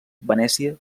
venècia